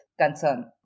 concern